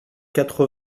quatre